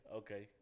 okay